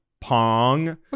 Pong